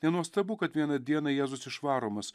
nenuostabu kad vieną dieną jėzus išvaromas